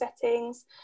settings